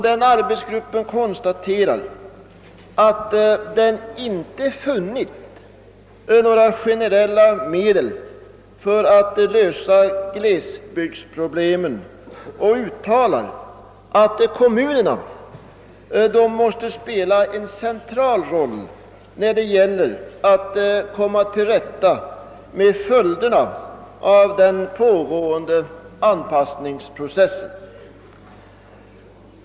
Den arbetsgruppen konstaterar, att den inte funnit några generella medel för att lösa glesbygdsproblemen och uttalar att kommunerna måste spela en central roll, när det gäller att komma till rätta med följderna av den pågående anpassningsprocessen.